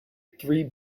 three